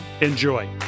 Enjoy